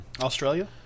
Australia